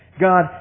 God